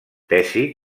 tesi